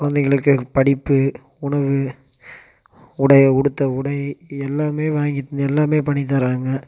குழந்தைகளுக்கு படிப்பு உணவு உடை உடுத்த உடை எல்லாமே வாங்கி எல்லாமே பண்ணி தராங்க